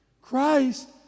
Christ